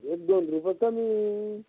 एक दोन रुपये कमी